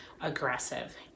aggressive